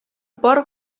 бар